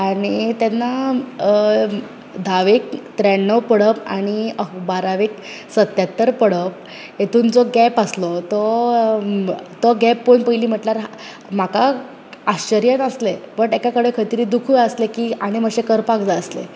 आनी तेन्ना धावेक त्र्याण्णव पडप आनी बारावेक सत्यात्तर पडप हेतून जो गैप आसलो तो तो गैप पळोवन पयली म्हटल्यार म्हाका आश्चर्य नासलें बट एका कडेन खंय तरी दुखूय आसले की आनीक मातशें करपाक जाय आसले